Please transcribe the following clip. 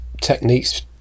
techniques